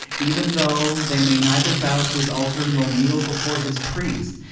even though they may neither bow to his altar nor kneel before his priest,